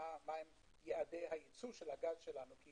מהם יעדי הייצוא של הגז שלנו, כי